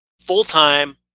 Full-time